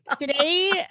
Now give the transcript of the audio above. today